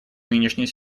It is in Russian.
нынешней